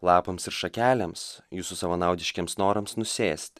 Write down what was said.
lapams ir šakelėms jūsų savanaudiškiems norams nusėst